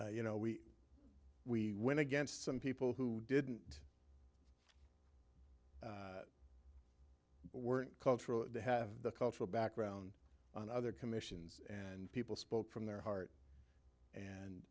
heart you know we we went against some people who didn't weren't cultural to have the cultural background on other commissions and people spoke from their heart and